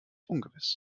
ungewiss